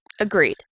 Agreed